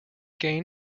gain